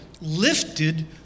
lifted